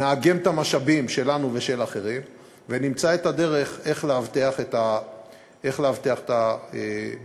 נאגם את המשאבים שלנו ושל אחרים ונמצא את הדרך לאבטח את המקום.